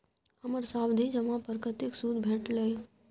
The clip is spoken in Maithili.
हमर सावधि जमा पर कतेक सूद भेटलै?